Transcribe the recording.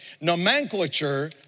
nomenclature